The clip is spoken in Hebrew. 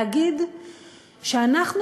להגיד שאנחנו,